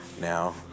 Now